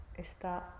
está